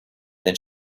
then